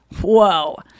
Whoa